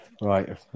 Right